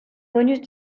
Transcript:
bonus